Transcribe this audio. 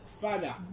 father